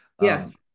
Yes